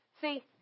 See